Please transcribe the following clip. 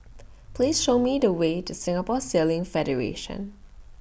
Please Show Me The Way to Singapore Sailing Federation